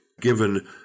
given